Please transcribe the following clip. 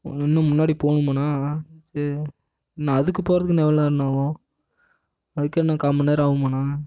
இன்னும் முன்னாடி போகனுமாண்ணா சரி இன்னும் அதுக்கு போகிறதுக்கு இன்னும் எவ்வளோ நேரண்ணா ஆகும் அதுக்கு இன்னும் கால் மணி நேரம் ஆகுமாண்ணா